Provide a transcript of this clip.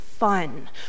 fun